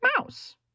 Mouse